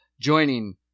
joining